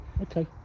Okay